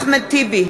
אחמד טיבי,